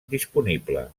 disponible